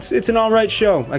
it's an alright show. ah